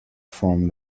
from